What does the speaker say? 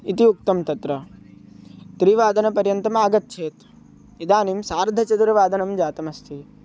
इति उक्तं तत्र त्रिवादनपर्यन्तम् आगच्छेत् इदानीं सार्धचतुर्वादनं जातमस्ति